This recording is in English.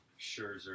Scherzer